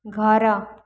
ଘର